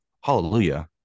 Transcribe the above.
hallelujah